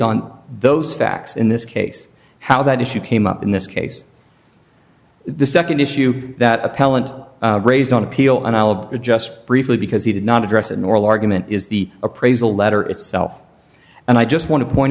on those facts in this case how that issue came up in this case the nd issue that appellant raised on appeal and i'll just briefly because he did not address in moral argument is the appraisal letter itself and i just want to point